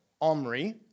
Omri